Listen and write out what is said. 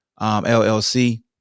LLC